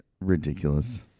ridiculous